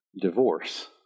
Divorce